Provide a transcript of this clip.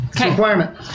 requirement